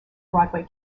broadway